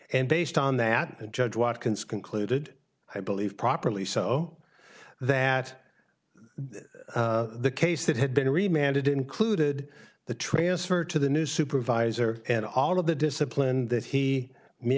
and based on that and judge watkins concluded i believe properly so that the case that had been remained it included the transfer to the new supervisor and all of the discipline that he made